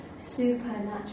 supernatural